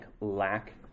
lack